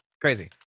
Crazy